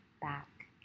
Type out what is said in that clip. back